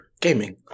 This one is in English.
gaming